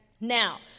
Now